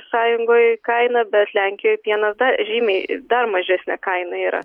sąjungoj kaina bet lenkijoj pienas da žymiai dar mažesnė kaina yra